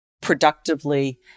productively